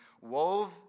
wove